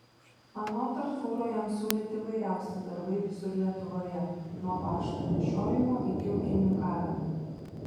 anot artūro jam siūlyti įvairiausi darbai visur lietuvoje nuo pašto nešiojimo iki ūkininkavimo